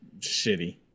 shitty